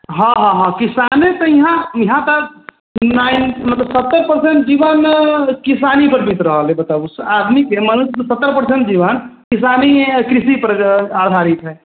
हँ हँ हँ किसाने तऽ इहाँ इहाँ तऽ नाइन मतलब सत्तरि परसेन्ट जीवन किसानीपर बीत रहल अइ बताबू आदमीके मनुष्यके सत्तरि परसेन्ट जीवन किसानिए या कृषिपर आधारित हइ